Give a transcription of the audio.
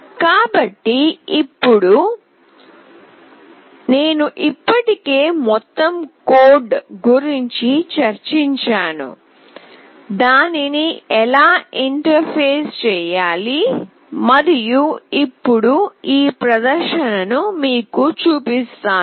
కాబట్టి ఇప్పుడు నేను ఇప్పటికే మొత్తం కోడ్ గురించి చర్చించాను దానిని ఎలా ఇంటర్ఫేస్ చేయాలి మరియు ఇప్పుడు ఈ ప్రదర్శనను మీకు చూపిస్తాను